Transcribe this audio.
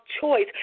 choice